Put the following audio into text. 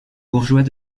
bourgeois